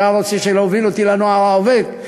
אתה רוצה להוביל אותי ל"נוער העובד"?